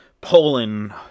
Poland